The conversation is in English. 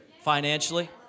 financially